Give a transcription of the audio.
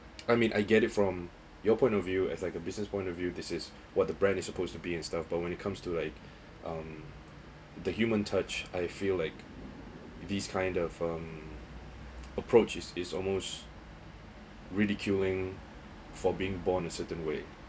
I mean I get it from your point of view as like a business point of view this is what the brand is supposed to be and stuff but when it comes to like um the human touch I feel like these kinda form approach is is almost ridiculing for being born a certain way